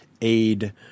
Aid